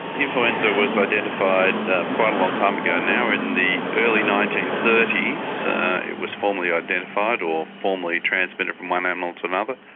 influenza was identified quite a long time ago now, in the early nineteen thirty s it was formally identified or formally transmitted from one animal to another.